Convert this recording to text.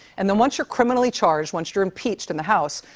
and then once you're criminally charged, once you're impeached in the house,